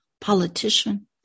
politician